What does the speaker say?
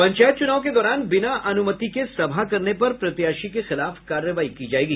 पंचायत चुनाव के दौरान बिना अनुमति के सभा करने पर प्रत्याशी के खिलाफ कार्रवाई की जायेगी